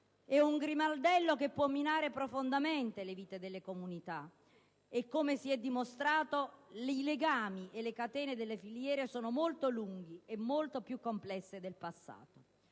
È un grimaldello che può minare profondamente la vita delle comunità e ‑ come si è dimostrato ‑ i legami e le catene delle filiere sono molto lunghi e molto più complessi del passato.